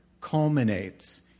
culminates